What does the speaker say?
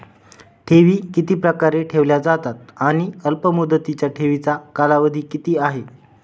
ठेवी किती प्रकारे ठेवल्या जातात आणि अल्पमुदतीच्या ठेवीचा कालावधी किती आहे?